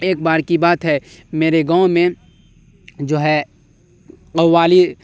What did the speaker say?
ایک بار کی بات ہے میرے گاؤں میں جو ہے قوالی